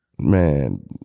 Man